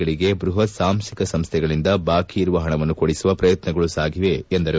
ಗಳಿಗೆ ಬೃಹತ್ ಸಾಂಸ್ಥಿಕ ಸಂಸ್ಥೆಗಳಿಂದ ಬಾಕಿ ಇರುವ ಷಣವನ್ನು ಕೊಡಿಸುವ ಪ್ರಯತ್ನಗಳೂ ಸಾಗಿವೆ ಎಂದರು